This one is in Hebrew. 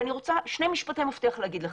אני רוצה שני משפטי מפתח להגיד לכם.